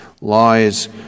lies